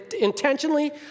intentionally